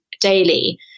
daily